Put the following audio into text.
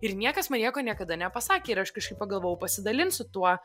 ir niekas man nieko niekada nepasakė ir aš kažkaip pagalvojau pasidalinsiu tuo